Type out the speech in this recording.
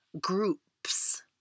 groups